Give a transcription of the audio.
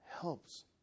helps